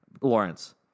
Lawrence